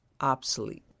obsolete